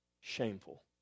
shameful